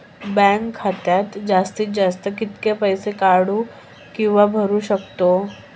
Bank खात्यात जास्तीत जास्त कितके पैसे काढू किव्हा भरू शकतो?